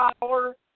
power